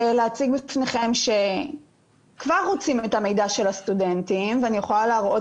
להציג בפניכם שכבר רוצים את המידע של הסטודנטים ואני יכולה להראות